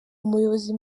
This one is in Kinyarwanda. umuyobozi